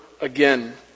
again